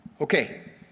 Okay